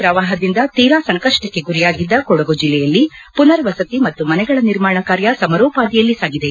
ಪ್ರವಾಹದಿಂದ ತೀರಾ ಸಂಕಷ್ಟಕ್ಷ ಗುರಿಯಾಗಿದ್ದ ಕೊಡಗು ಜಿಲ್ಲೆಯಲ್ಲಿ ಪುನರ್ ವಸತಿ ಮತ್ತು ಮನೆಗಳ ನಿರ್ಮಾಣ ಕಾರ್ಯ ಸಮರೋಪಾದಿಯಲ್ಲಿ ಸಾಗಿದೆ